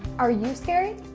are you scary?